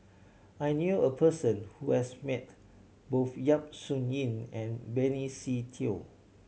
I knew a person who has met both Yap Su Yin and Benny Se Teo